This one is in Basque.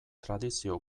tradizioa